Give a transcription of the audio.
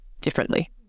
differently